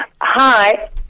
Hi